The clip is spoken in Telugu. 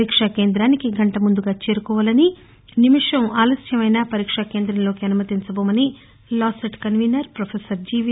పరీక్ష కేందానికి గంట ముందుగా చేరుకోవాలని నిమిషం ఆలస్యమైన పరీక్ష కేందంలోకి అనుమతించబోమని లాసెట్ కన్వీనర్ ప్రొఫెసర్ జివి